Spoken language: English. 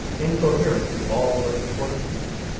incoherent to all but the portuguese.